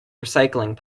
recycling